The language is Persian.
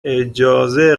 اجازه